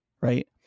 right